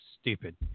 stupid